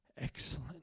excellent